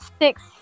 six